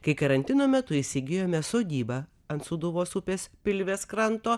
kai karantino metu įsigijome sodybą ant sūduvos upės pilvės kranto